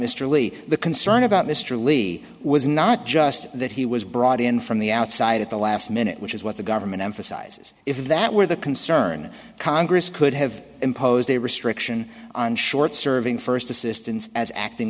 lee the concern about mr levy was not just that he was brought in from the outside at the last minute which is what the government emphasizes if that were the concern congress could have imposed a restriction on short serving first assistance as acting